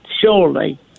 Surely